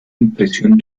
impresión